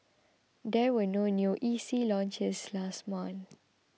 there were no new E C launches last month